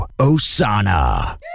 Osana